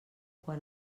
quan